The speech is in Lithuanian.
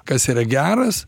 kas yra geras